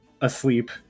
asleep